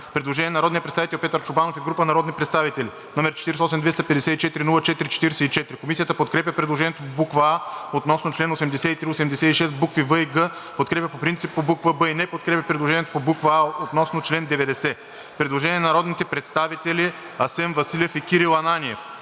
Предложение на народния представител Петър Чобанов и група народни представители, № 48-254-04-44. Комисията подкрепя предложението по буква „а“ относно „чл. 83 – 86“, букви „в“ и „г“, подкрепя по принцип по буква „б“ и не подкрепя предложението по буква „а“ относно „чл. 90“. Предложение на народните представители Асен Василев и Кирил Ананиев,